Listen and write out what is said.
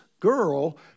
girl